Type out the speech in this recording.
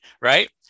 right